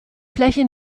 fläche